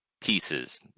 pieces